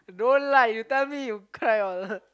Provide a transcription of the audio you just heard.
don't lie you tell me you cry all